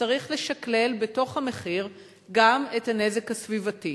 צריך לשקלל בתוך המחיר גם את הנזק הסביבתי